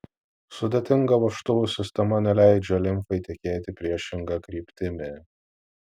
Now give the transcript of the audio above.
sudėtinga vožtuvų sistema neleidžia limfai tekėti priešinga kryptimi